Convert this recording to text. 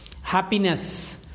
happiness